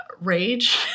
rage